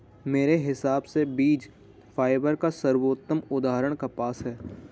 मेरे हिसाब से बीज फाइबर का सर्वोत्तम उदाहरण कपास है